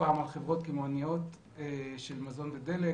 הפעם על חברות קמעונאיות של מזון ודלק,